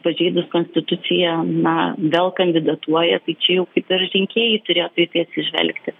pažeidus konstituciją na vėl kandidatuoja tai čia jau kaip ir rinkėjai turėtų į tai atsižvelgti